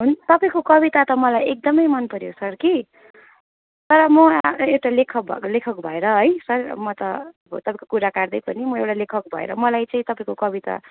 तपाईँको कविता त मलाई एकदमै मन पऱ्यो सर कि तर म एउटा लेखक भएकोले लेखक भएर है सर म त तपाईँको कुरा काट्दै पनि म एउटा लेखक भएर मलाई चाहिँ तपाईँको कविता